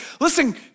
listen